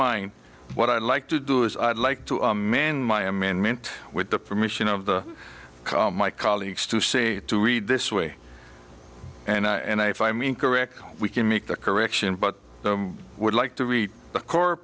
mind what i like to do is i'd like to my amendment with the permission of the my colleagues to say to read this way and if i mean correct we can make the correction but i would like to read the core